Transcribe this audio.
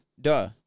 duh